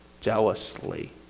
jealously